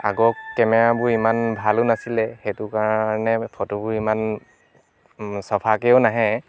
আগৰ কেমেৰাবোৰ ইমান ভালো নাছিলে সেইটো কাৰণে ফটোবোৰ ইমান চফাকেও নাহে